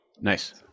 Nice